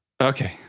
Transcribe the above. okay